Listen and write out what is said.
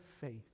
faith